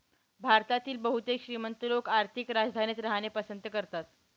भारतातील बहुतेक श्रीमंत लोक आर्थिक राजधानीत राहणे पसंत करतात